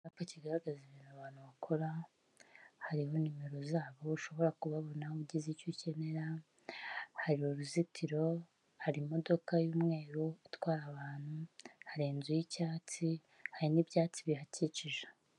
Icyapa kigaragaza ibintu abantu bakora, hariho imero zabo ushobora kubabonaho ugize icyo ukenera, hari uruzitiro, hari imodoka y'umweru itwara abantu, hari inzu y'icyatsi, hari n'ibyatsi bihakikije.